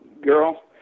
girl